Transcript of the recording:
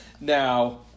Now